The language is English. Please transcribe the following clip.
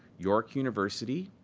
york university,